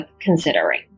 considering